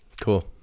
Cool